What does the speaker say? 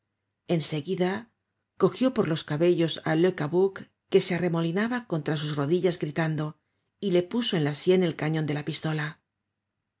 seguida cogió por los cabellos á le cabuc que se arremolinaba contra sus rodillas gritando y le puso en la sien el cañon de la pistola